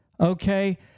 Okay